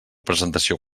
presentació